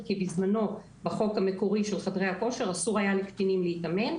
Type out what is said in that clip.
כי בזמנו בחוק המקורי של חדרי הכושר אסור היה לקטינים להתאמן.